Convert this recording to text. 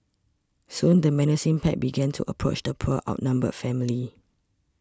soon the menacing pack began to approach the poor outnumbered family